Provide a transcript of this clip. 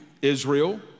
Israel